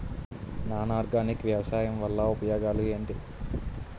Non organic వ్యవసాయం వల్ల ఉపయోగాలు ఏంటీ?